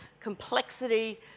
complexity